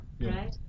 right